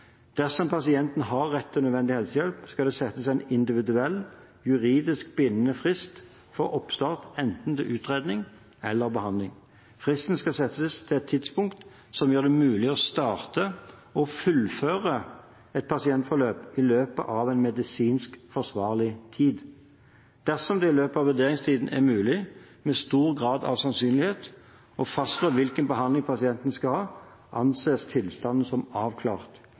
Dersom pasienten har rett til nødvendig helsehjelp, skal det settes en individuell, juridisk bindende frist for oppstart av enten utredning eller behandling. Fristen skal settes til et tidspunkt som gjør det mulig å starte og fullføre et pasientforløp i løpet av medisinsk forsvarlig tid. Dersom det i løpet av vurderingstiden er mulig å fastslå med stor grad av sannsynlighet hvilken behandling pasienten skal ha, anses tilstanden som avklart.